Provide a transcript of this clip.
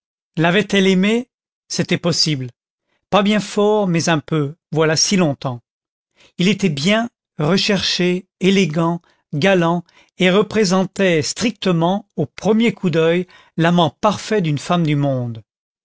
l'avait-elle aimée c'était possible pas bien fort mais un peu voilà si longtemps il était bien recherché élégant galant et représentait strictement au premier coup d'oeil l'amant parfait d'une femme du monde